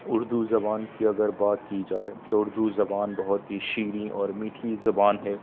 اُردو زبان کی اگر بات کی جائے تو اُردو زبان بہت ہی شیریں اور میٹھی زبان ہے